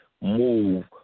move